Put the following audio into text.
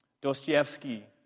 Dostoevsky